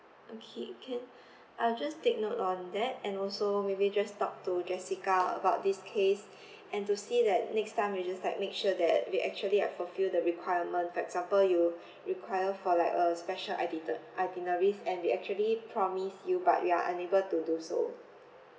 okay can I'll just take note on that and also maybe just talk to jessica about this case and to see that next time we just like make sure that we actually have fulfilled the requirement for example you require for like a special itine~ itineraries and we actually promised you but we are unable to do so